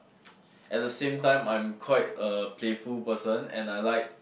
at the same time I'm quite a playful person and I like